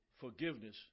forgiveness